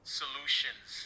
solutions